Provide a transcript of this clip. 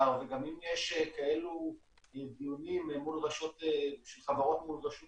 ואם יש כאלה דיונים של חברות מול רשות